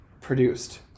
produced